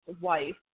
wife